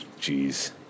Jeez